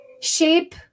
shape